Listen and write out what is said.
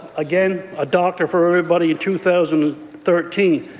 again, a doctor for everybody in two thousand and thirteen.